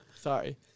Sorry